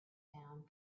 sound